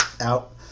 out